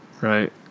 right